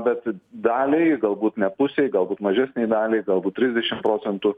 bet daliai galbūt ne pusei galbūt mažesnei daliai galbūt trisdešim procentų